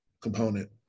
component